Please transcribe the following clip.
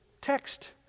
text